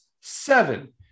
seven